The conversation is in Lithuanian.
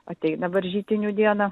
ateina varžytinių diena